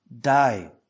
die